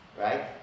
right